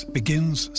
begins